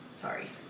Sorry